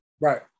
right